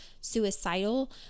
suicidal